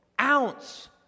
ounce